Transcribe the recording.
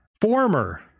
former